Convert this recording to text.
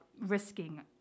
risking